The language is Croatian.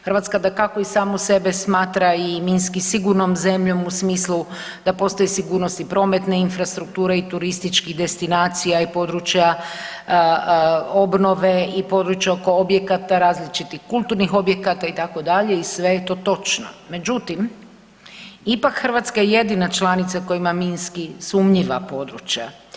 Hrvatska dakako i samu sebe smatra i minski sigurnom zemljom u smislu da postoji sigurnost i prometna infrastruktura i turističkih destinacija i područja obnove i područja oko objekata različitih kulturnih objekata itd. i sve je to točno, međutim ipak Hrvatska je jedina članica koja ima minski sumnjiva područja.